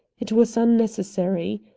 it was unnecessary.